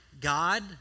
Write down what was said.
God